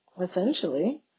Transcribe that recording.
essentially